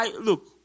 look